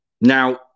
Now